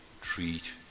treat